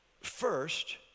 first